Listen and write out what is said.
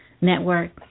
network